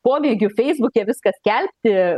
pomėgiu feisbuke viską skelbti